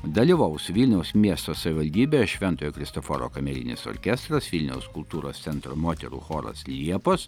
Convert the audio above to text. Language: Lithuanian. dalyvaus vilniaus miesto savivaldybės šventojo kristoforo kamerinis orkestras vilniaus kultūros centro moterų choras liepos